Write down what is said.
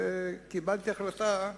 וקיבלתי החלטה שאי-אפשר,